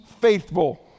faithful